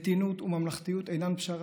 מתינות וממלכתיות אינן פשרה.